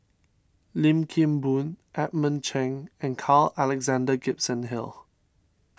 Lim Kim Boon Edmund Cheng and Carl Alexander Gibson Hill